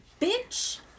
bitch